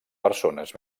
persones